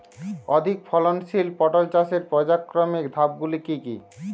অধিক ফলনশীল পটল চাষের পর্যায়ক্রমিক ধাপগুলি কি কি?